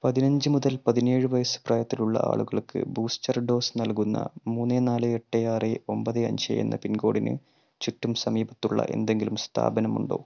പതിനഞ്ച് മുതൽ പതിനേഴ് വയസ്സ് പ്രായത്തിലുള്ള ആളുകൾക്ക് ബൂസ്റ്റർ ഡോസ് നൽകുന്ന മൂന്ന് നാല് എട്ട് ആറ് ഒൻപത് അഞ്ച് എന്ന പിൻകോഡിന് ചുറ്റും സമീപത്തുള്ള എന്തെങ്കിലും സ്ഥാപനമുണ്ടോ